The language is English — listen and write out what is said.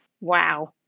wow